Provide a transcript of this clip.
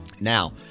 now